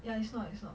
ya it's not it's not